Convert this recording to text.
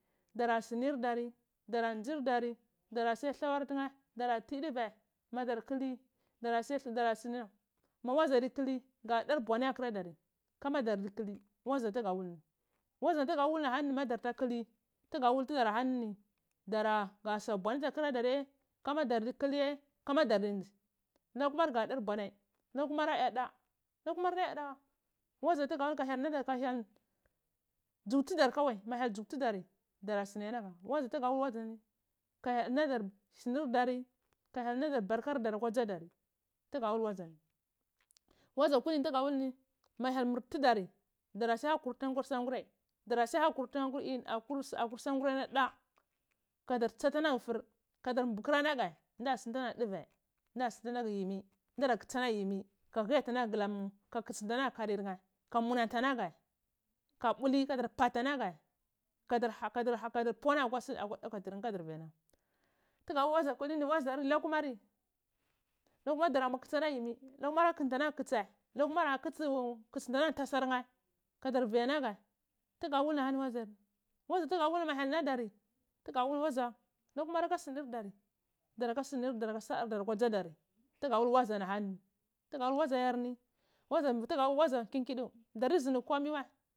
Darar sunur dari dara n ɗzir ɗari dura sungwa ɗlawar tunɗ tara ti duvoi madar kuli dara sunini ma wazar kuli kadar bwani ata gura dari kuma dar kuli waze ga wul ni waza tugu wul nhi ma darta kli tuga wul tudar ahanini ɗara gasu nkwumar ga dar bwanai na kumari aya da akumar adiyadda nazu tuga wul ni ma ityel wul udar dara siya hahut tunai atiah sangarai dara sunwa hakur ntudai aika sangurai nam da kadar tsatah lamor phuf kadar puhor aiaga nda kutsi alaga yimi ka puti bini ata ngulam ka kotsinta alagu karir nheh ka munnanta anaglic ka buli kagolar paktar laga kadar ha kadar puallaga akwa dakwatir nhe tuga wul wazar kulni lahumari dara muar kitsi ana gu yimi lakumar a kutsunta aloghe ntasar nheh kadar vianaghe tugadu wul ahani wadziyarni tuga wul ni ma hyel nadari lakumar aka ksunor dari dara kar ahwa dzar dari tgada wul wazagarni ahani tugada wul wadza ni an andul dar.